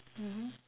mmhmm